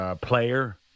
player